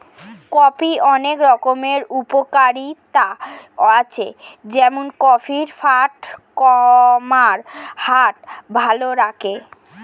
কফির অনেক রকম উপকারিতা আছে যেমন কফি ফ্যাট কমায়, হার্ট ভালো রাখে